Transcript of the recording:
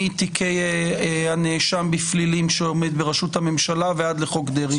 מתיקי הנאשם בפלילים שעומד בראשות הממשלה ועד לחוק דרעי.